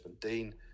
dean